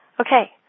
Okay